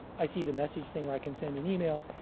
i see the message thing where i can send an email.